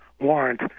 warrant